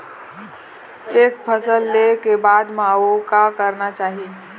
एक फसल ले के बाद म अउ का करना चाही?